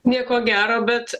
nieko gero bet